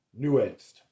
nuanced